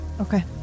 okay